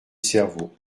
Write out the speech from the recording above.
cerveau